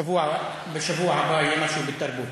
בשבוע הבא יהיה משהו בתרבות.